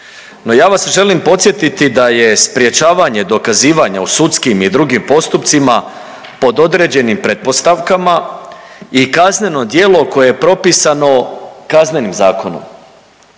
no ja vas želim podsjetiti da je sprječavanje dokazivanja u sudskim i drugim postupcima pod određenim pretpostavkama i kazneno djelo koje je propisano Kaznenim zakonom.